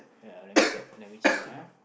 yeah let me check let me check ah